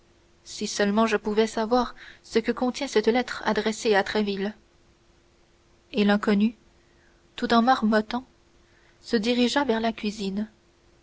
si seulement je pouvais savoir ce que contient cette lettre adressée à tréville et l'inconnu tout en marmottant se dirigea vers la cuisine